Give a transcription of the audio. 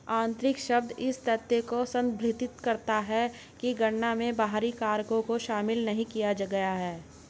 आंतरिक शब्द इस तथ्य को संदर्भित करता है कि गणना में बाहरी कारकों को शामिल नहीं किया गया है